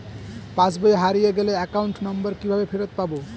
পাসবই হারিয়ে গেলে account number কিভাবে ফেরত পাব?